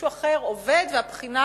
ואחר עובד והבחינה